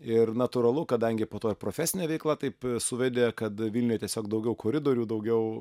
ir natūralu kadangi po to ir profesinė veikla taip suvedė kad vilniuje tiesiog daugiau koridorių daugiau